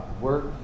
work